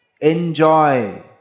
enjoy